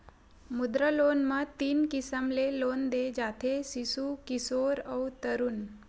मुद्रा लोन म तीन किसम ले लोन दे जाथे सिसु, किसोर अउ तरून